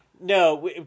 no